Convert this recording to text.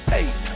Hey